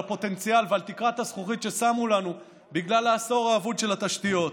על הפוטנציאל ועל תקרת הזכוכית ששמו לנו בגלל העשור האבוד של התשתיות.